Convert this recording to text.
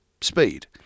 speed